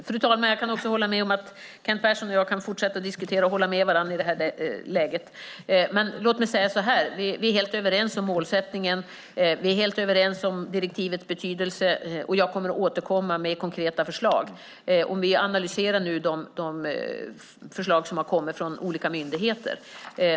Fru talman! Jag kan hålla med om att Kent Persson och jag i det här läget kan fortsätta att diskutera och hålla med varandra. Vi är helt överens om målet, och vi är helt överens om direktivets betydelse. Jag återkommer senare med konkreta förslag. Nu analyserar vi de förslag som har kommit från olika myndigheter.